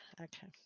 okay